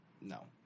no